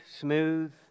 smooth